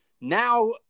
Now